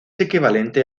equivalente